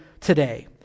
today